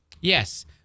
Yes